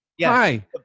hi